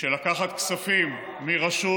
של לקחת כספים מרשות